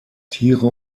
tiere